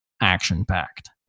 action-packed